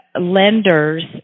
lenders